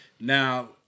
Now